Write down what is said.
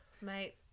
Mate